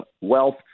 Wealth